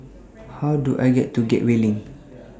How Do I get to Gateway LINK